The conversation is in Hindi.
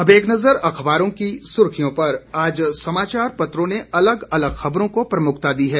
अब एक नजर अखबारों की सुर्खियों पर आज समाचार पत्रों ने अलग अलग खबरों को प्रमुखता दी है